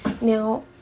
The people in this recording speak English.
Now